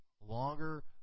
longer